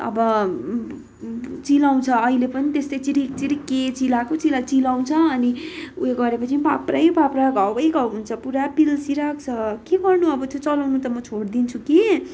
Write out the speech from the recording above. अब चिलाउँछ अहिले पनि त्यस्तै चिरिक चिरिक के चिलाएको चिलाएको चिलाउँछ अनि उयो गरेपछि पाप्रै पाप्रा घावै घाउ हुन्छ पुरा पिल्सिरहेको छ के गर्नु अब त्यो चलाउनु त म छोडिदिन्छु कि